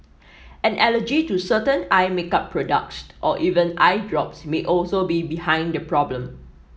an allergy to certain eye makeup products or even eye drops may also be behind the problem